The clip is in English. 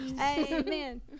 Amen